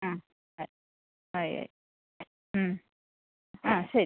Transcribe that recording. ആ ആ അതെ ആ ശരി